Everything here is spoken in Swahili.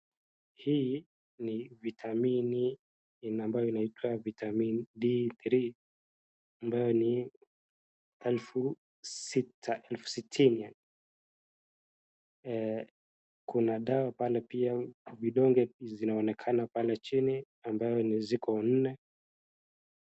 Hii ni vitamin ambayo inaitwa vitamin D three ambayo ni elfu sita, elfu sitini, kuna dawa pale pia vidonge zinaonekana pale chini ambayo ziko nne.